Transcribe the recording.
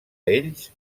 ells